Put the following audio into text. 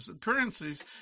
currencies